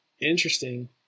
Interesting